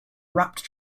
wrapped